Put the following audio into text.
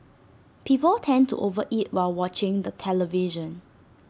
people tend to over eat while watching the television